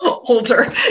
older